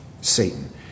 Satan